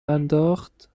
انداخت